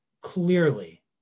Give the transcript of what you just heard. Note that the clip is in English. clearly